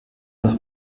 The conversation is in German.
nach